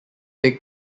take